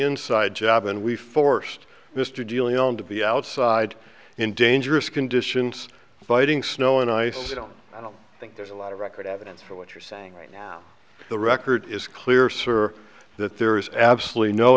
inside job and we forced mr dealing on to the outside in dangerous conditions biting snow and ice i don't think there's a lot of record evidence for what you're saying right now the record is clear sir that there is absolutely no